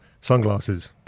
sunglasses